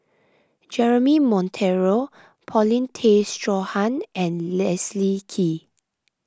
Jeremy Monteiro Paulin Tay Straughan and Leslie Kee